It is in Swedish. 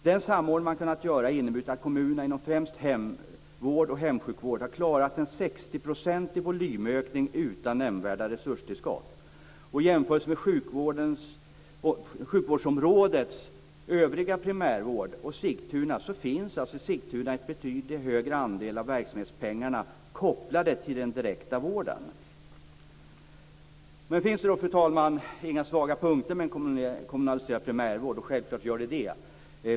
Den samordning man har kunnat göra har inneburit att kommunerna inom främst hemvård och hemsjukvård har klarat en 60-procentig volymökning utan nämnvärda resurstillskott. I jämförelse med sjukvårdsområdets övriga primärvård finns alltså i Sigtuna en betydligt högre andel av verksamhetspengarna kopplade till den direkta vården. Finns det då, fru talman, inga svaga punkter med en kommunaliserad primärvård? Det finns det självfallet.